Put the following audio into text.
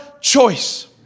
choice